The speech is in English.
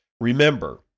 remember